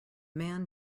man